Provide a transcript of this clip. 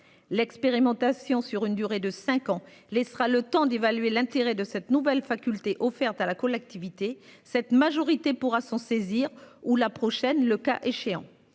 L'expérimentation sur une durée de 5 ans laissera le temps d'évaluer l'intérêt de cette nouvelle faculté offerte à la collectivité. Cette majorité pourra s'en saisir ou la prochaine, le cas échéant,